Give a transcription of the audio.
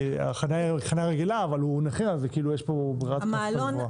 החנייה היא חנייה רגילה אבל הוא נכה אז כאילו יש פה ברירת קנס גבוהה.